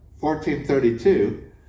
14.32